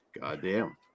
Goddamn